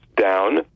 down